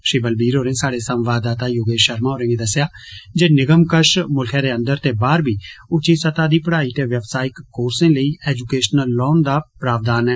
श्री बलबीर होरें साढ़े संवाददाता योगेश शर्मा होरें गी दस्सेआ जे निगम कश मुल्खै दे अंदर ते बाहर बी उच्ची स्तह दी पढ़ाई ते व्यवसायिक कोर्से लेई एजुकेशनल लोन दा प्रावधान ऐ